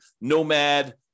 Nomad